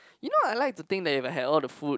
you know I like to think that you might have all the food